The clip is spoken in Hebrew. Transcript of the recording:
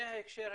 ההקשר הישיר,